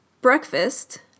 Breakfast